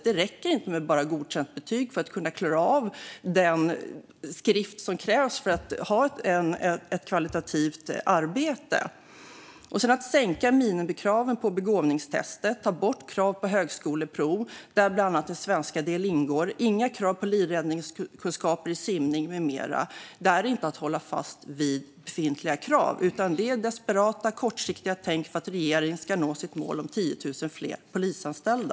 Det räcker inte att ha godkänt betyg för att klara det som krävs för ett kvalitativt arbete. Att sänka minimikraven på begåvningstestet, att ta bort kravet på högskoleprov, där bland annat en del i svenska ingår och att inte ha krav på livräddningskunskaper, simning med mera är inte att hålla fast vid befintliga krav. Det är ett desperat, kortsiktigt tänk för att regeringen ska nå sitt mål om 10 000 fler polisanställda.